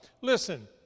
Listen